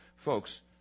Folks